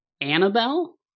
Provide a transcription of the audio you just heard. Annabelle